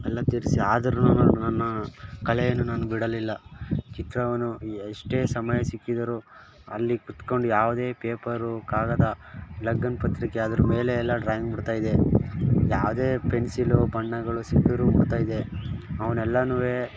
ಎಲ್ಲ ತೀರಿಸಿ ಆದ್ರು ನಾನು ನನ್ನ ಕಲೆಯನ್ನು ನಾನು ಬಿಡಲಿಲ್ಲ ಚಿತ್ರವನ್ನು ಎಷ್ಟೇ ಸಮಯ ಸಿಕ್ಕಿದರೂ ಅಲ್ಲಿ ಕುತ್ಕೊಂಡು ಯಾವುದೇ ಪೇಪರು ಕಾಗದ ಲಗ್ನ ಪತ್ರಿಕೆ ಅದ್ರ ಮೇಲೆ ಎಲ್ಲ ಡ್ರಾಯಿಂಗ್ ಬಿಡ್ತಾ ಇದ್ದೆ ಯಾವುದೇ ಪೆನ್ಸಿಲು ಬಣ್ಣಗಳು ಸಿಕ್ಕಿದ್ರು ಬಿಡ್ತ ಇದ್ದೆ ಅವನ್ನು ಎಲ್ಲನು